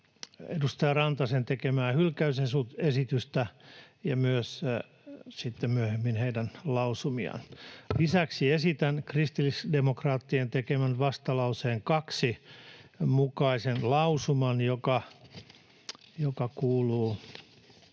edustaja Rantasen tekemää hylkäysesitystä ja myös sitten myöhemmin heidän lausumiaan. Lisäksi esitän kristillisdemokraattien tekemän vastalauseen 2 mukaisen lausuman, joka kuuluu